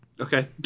Okay